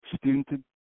student